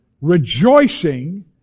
rejoicing